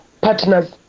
partners